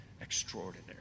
Extraordinary